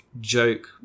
joke